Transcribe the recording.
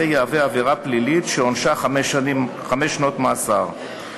יהווה עבירה פלילית שעונשה חמש שנות מאסר.